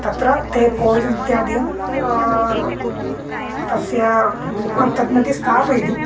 तत्र ते पोय्सन् इत्यादिकं तस्य तन्मध्ये स्थापयति